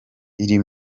iri